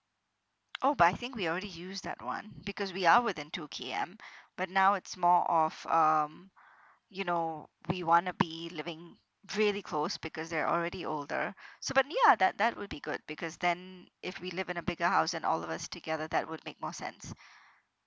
oh but I think we already used that one because we are within two K_M but now it's more of um you know we wanna be living really close because they're already older so but ya that that would be good because then if we live in a bigger house and all of us together that would make more sense